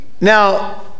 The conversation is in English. Now